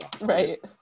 Right